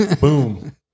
Boom